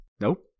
Nope